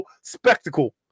spectacle